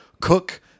cook